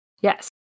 Yes